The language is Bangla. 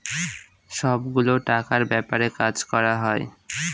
সব গুলো টাকার ব্যাপারে কাজ করা হয়